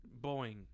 Boeing